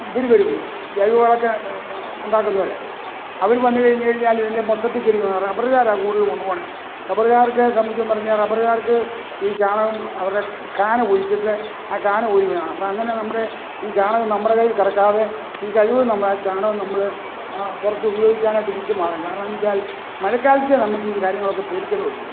ഇവരു വരും ജൈവവളമൊക്കെ ഉണ്ടാക്കുന്നവര് അവര് വന്നുകഴിഞ്ഞ് കഴിഞ്ഞാലിതിനെ മൊത്തത്തികരിക്കുവ റബറുകാരാണ് കൂടുതല് കൊണ്ടുപോണെ റബറുകാർക്ക് സംബന്ധിച്ച് പറഞ്ഞാല് റബറുകാർക്ക് ഈ ചാണകം അവരുടെ കാന കുഴിച്ചിട്ട് ആ കാനകോരിക്കണം അപ്പോഴങ്ങനെ നമ്മുടെ ഈ ചാണകം നമ്മുടെ കയ്യിൽ കിടക്കാതെ ഈ കഴിവതും നമ്മളാ ചാണകം നമ്മള് പുറത്തുപയോഗിക്കാനായിട്ട് വിറ്റുമാറും കാരണമെന്നു വച്ചാൽ മഴക്കാലത്തേ നമ്മക്ക് ഈ കാര്യങ്ങളൊക്കെ പേടിക്കേണ്ടതുള്ളു